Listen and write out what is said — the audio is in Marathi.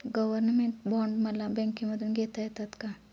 गव्हर्नमेंट बॉण्ड मला बँकेमधून घेता येतात का?